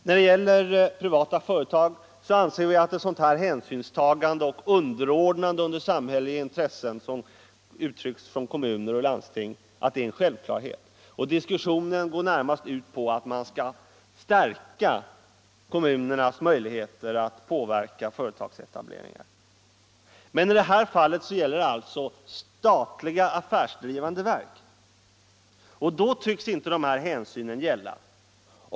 När det gäller privata företag anser vi att ett sådant hänsynstagande och underordnande under samhälleliga intressen, som uttrycks från kommuner och landsting, är en självklarhet, och diskussionen går närmast ut på att man skall stärka kommunernas möjligheter att påverka företagsetableringar. Men i detta fall gäller det alltså statliga, affärsdrivande verk. Då tycks inte dessa hänsyn gälla.